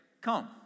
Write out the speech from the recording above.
come